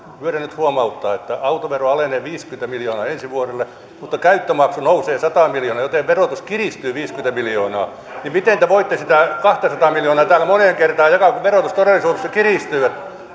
pyydän nyt huomauttaa että autovero alenee viisikymmentä miljoonaa ensi vuodelle mutta käyttömaksu nousee sata miljoonaa joten verotus kiristyy viisikymmentä miljoonaa miten te voitte sitä kahtasataa miljoonaa täällä moneen kertaan jakaa kun verotus todellisuudessa kiristyy